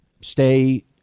stay